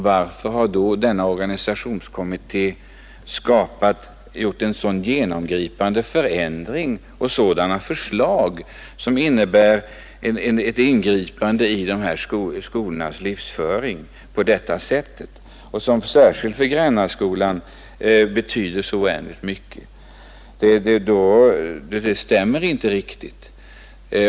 Varför har då denna organisationskommitté gjort en sådan genomgripande förändring och kommit med sådana förslag som innebär ett ingripande i de här skolornas livsföring på detta sätt, som särskilt för Grännaskolan betyder så oändligt mycket? Det stämmer inte riktigt.